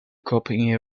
cropping